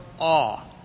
awe